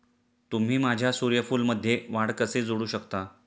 तुम्ही माझ्या सूर्यफूलमध्ये वाढ कसे जोडू शकता?